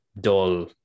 dull